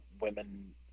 women